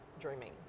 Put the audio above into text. dreaming